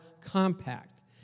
Compact